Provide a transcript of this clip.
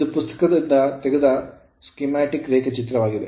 ಇದು ಪುಸ್ತಕದಿಂದ ತೆಗೆದ ಸ್ಕೀಮ್ಯಾಟಿಕ್ ರೇಖಾಚಿತ್ರವಾಗಿದೆ